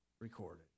recorded